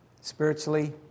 spiritually